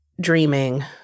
dreaming